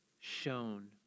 shown